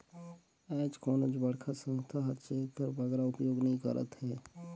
आएज कोनोच बड़खा संस्था हर चेक कर बगरा उपयोग नी करत अहे